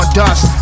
dust